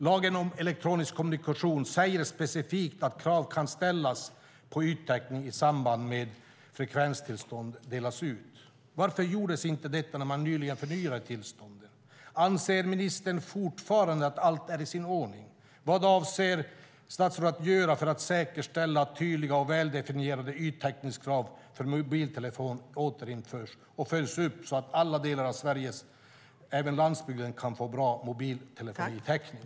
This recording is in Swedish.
Lagen om elektronisk kommunikation säger specifikt att krav kan ställas på yttäckning i samband med att frekvenstillstånd delas ut. Varför gjordes inte detta när man nyligen förnyade tillstånden? Anser ministern fortfarande att allt är i sin ordning? Vad avser statsrådet att göra för att säkerställa att tydliga och väldefinierade yttäckningskrav för mobiltelefon återinförs och följs upp, så att alla delar av Sverige, även landsbygden, kan få bra mobiltelefontäckning?